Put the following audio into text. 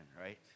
right